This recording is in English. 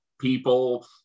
people